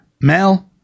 male